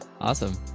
awesome